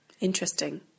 Interesting